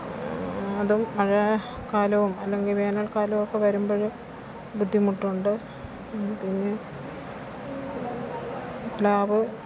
അതും മഴ കാലവും അല്ലെങ്കില് വേനല്ക്കാലമൊക്കെ വരുമ്പോൾ ബുദ്ധിമുട്ടുണ്ട് പിന്നെ പ്ലാവ്